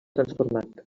transformat